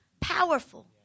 powerful